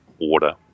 water